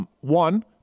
One